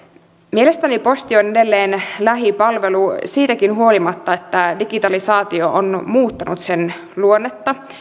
mielestäni posti on edelleen lähipalvelu siitäkin huolimatta että digitalisaatio on muuttanut sen luonnetta